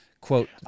Quote